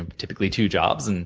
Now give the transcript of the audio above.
and typically, two jobs, and